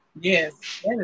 yes